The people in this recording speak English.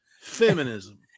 feminism